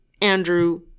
Andrew